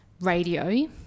radio